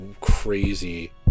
crazy